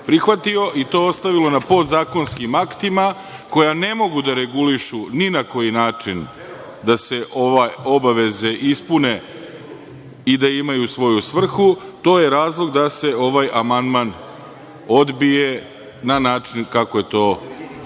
prihvatio i to ostavilo na podzakonskim aktima, koja ne mogu da regulišu ni na koji način da se ove obaveze ispune i da imaju svoju svrhu, to je razlog da se ovaj amandman odbije na način kako je to Vlada